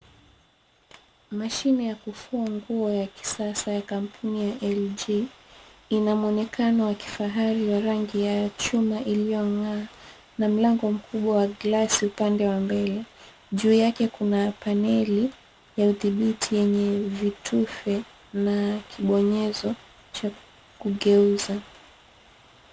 Mashini ya kufua nguo ya kisasa ya kampuni ya LG ina muonekano wa kifahari wa rangi ya chuma iliyong'aa na mlango mkubwa wa glasi upande wa mbele juu yake kuna paneli ya uthibiti yenye vitufe na kibonyezo cha kugeuza.